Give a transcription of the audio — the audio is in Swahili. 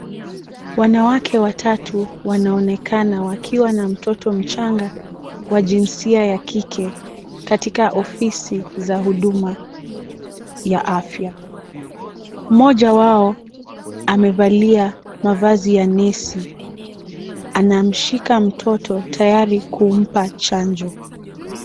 Wanawake watatu wanaonekana wakiwa na mtoto mchanga wa jinsia ya kike katika ofisi za huduma ya afya. Mmoja wao amevalia mavazi ya nesi anamshika mtoto tayari kumpa chanjo.